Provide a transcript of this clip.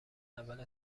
اول